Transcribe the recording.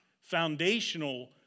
foundational